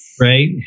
Right